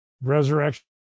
resurrection